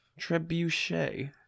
Trebuchet